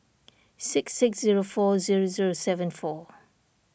six six zero four zero zero seven four